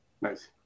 Nice